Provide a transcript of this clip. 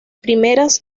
primeras